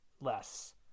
less